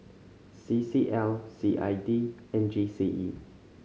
C C L C I D and G C E